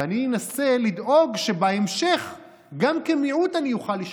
ואני אנסה לדאוג שבהמשך גם כמיעוט אני אוכל לשלוט.